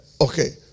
Okay